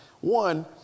one